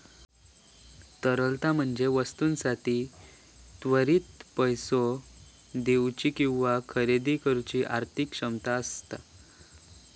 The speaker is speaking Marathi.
तरलता म्हणजे वस्तूंसाठी त्वरित पैसो देउची किंवा खरेदी करुची आर्थिक क्षमता असणा